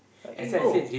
out you go